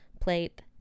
plate